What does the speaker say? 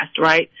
right